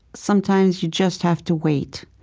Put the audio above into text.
sometimes you just have to wait.